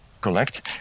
collect